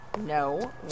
No